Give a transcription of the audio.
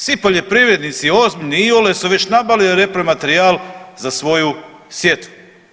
Svi poljoprivrednici ozbiljni, iole su već nabavili repromaterijal za svoju sjetvu.